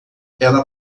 ela